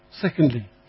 Secondly